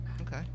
okay